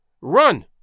Run